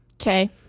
Okay